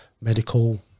medical